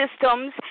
systems